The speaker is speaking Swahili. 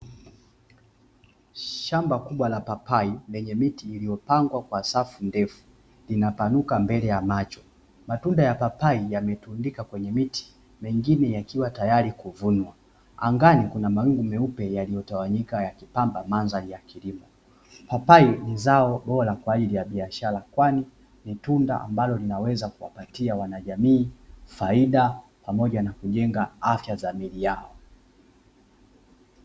Shamba kubwa la papai lenye miti iliyopangwa kwa safu ndefu inapanuka mbele ya macho, matunda ya papai yametundika kwenye miti na mengine yakiwa tayari kuvunwa; anagani kuna mawingu meupe yaliyotawanyika ya kupamba mandhari, papai ni zao bora kwa ajili ya biashara, kwani tunda ambalo linaweza kuwapatia wanajamii faida pamoja na kujenga afya za miili yao.